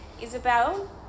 Isabel